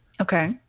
Okay